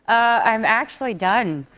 i'm actually done.